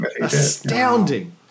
astounding